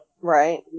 Right